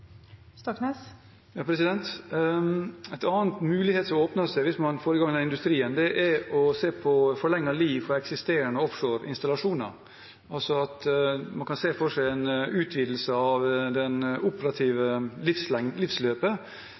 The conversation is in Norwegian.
mulighet som åpner seg hvis man får i gang denne industrien, er å se på forlenget liv for eksisterende offshore-installasjoner. Det vil si at man kan se for seg en utvidelse av det operative livsløpet